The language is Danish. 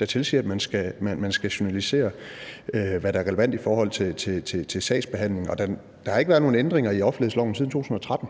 der tilsiger, at man skal journalisere, hvad der er relevant i forhold til sagsbehandlingen. Og der har ikke været nogen ændringer i offentlighedsloven siden 2013,